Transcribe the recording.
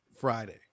friday